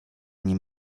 nim